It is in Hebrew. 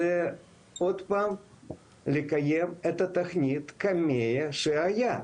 עוד פעם לקיים את תוכנית הקמ"ע שהייתה.